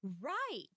Right